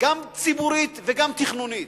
גם ציבורית וגם תכנונית.